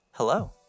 Hello